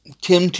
Tim